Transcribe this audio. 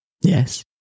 Yes